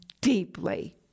deeply